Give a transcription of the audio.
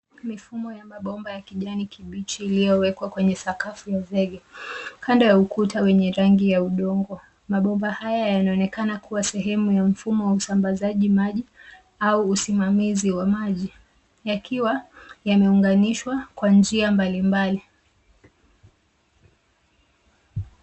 Mifumo ya mabomba ya kijani kibichi iliyowekwa kwenye sakafu ya zege. Kando ya ukuta wenye rangi ya udongo, mabomba haya yanaonekana kuwa sehemu ya mfumo wa usambazaji maji au usimamizi wa maji, yakiwa yameunganishwa kwa njia mbalimbali.